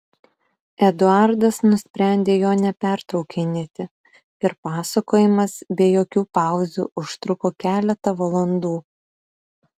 eduardas nusprendė jo nepertraukinėti ir pasakojimas be jokių pauzių užtruko keletą valandų